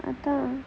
அதான்:athaan